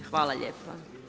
Hvala lijepo.